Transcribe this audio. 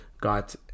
got